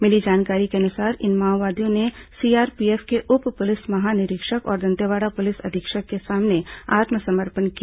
मिली जानकारी के अनुसार इन माओवादियों ने सीआरपीएफ के उप पुलिस महानिरीक्षक और दंतेवाड़ा पुलिस अधीक्षक के सामने आत्मसमर्पण किया